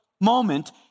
moment